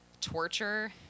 torture